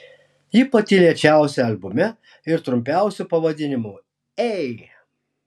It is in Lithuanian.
ji pati lėčiausia albume ir trumpiausiu pavadinimu ei